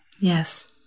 Yes